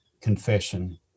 confession